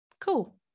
cool